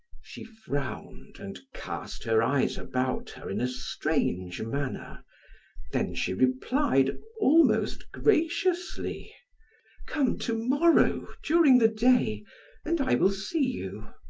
she frowned and cast her eyes about her in a strange manner then she replied, almost graciously come to-morrow during the day and i will see you.